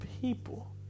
people